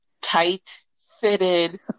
tight-fitted